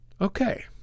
Okay